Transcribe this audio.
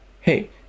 Hey